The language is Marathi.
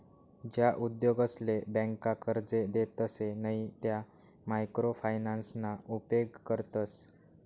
ज्या उद्योगसले ब्यांका कर्जे देतसे नयी त्या मायक्रो फायनान्सना उपेग करतस